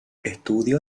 estudió